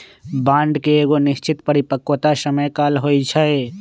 bond के एगो निश्चित परिपक्वता समय काल होइ छइ